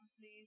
please